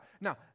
Now